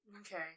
Okay